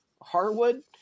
Hardwood